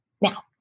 Now